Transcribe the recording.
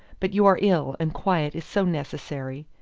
but you are ill, and quiet is so necessary.